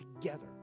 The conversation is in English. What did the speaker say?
together